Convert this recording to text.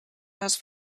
les